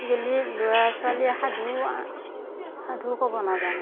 আজিকালিৰ ল'ৰা ছোৱালীয়ে সাধু সাধুও ক'ব নাজানে